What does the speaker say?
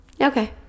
Okay